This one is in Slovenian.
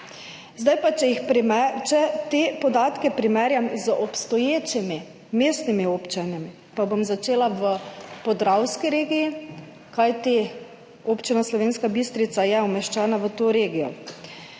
zdaj te podatke primerjam z obstoječimi mestnimi občinami, pa bom začela v Podravski regiji, kajti Občina Slovenska Bistrica je umeščena v to regijo.